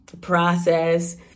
process